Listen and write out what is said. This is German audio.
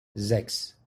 sechs